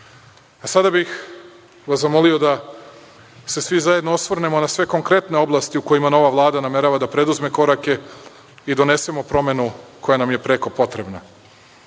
bih vas zamolio da se svi zajedno osvrnemo na sve konkretne oblasti u kojima nova Vlada namerava da preduzme korake i donesemo promenu koja nam je preko potrebna. Najpre